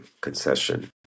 concession